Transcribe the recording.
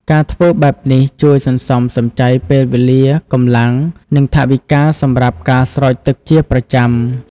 ការធ្វើបែបនេះជួយសន្សំសំចៃពេលវេលា កម្លាំង និងថវិកាសម្រាប់ការស្រោចទឹកជាប្រចាំ។